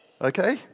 Okay